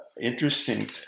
interesting